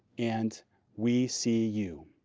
and we see you.